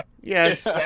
yes